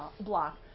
block